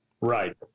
Right